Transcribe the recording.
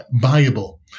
viable